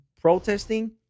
protesting